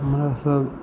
हमरासब